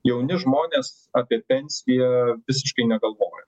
jauni žmonės apie pensiją visiškai negalvoja